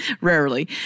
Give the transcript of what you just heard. rarely